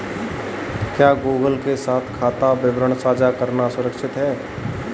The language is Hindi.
क्या गूगल के साथ खाता विवरण साझा करना सुरक्षित है?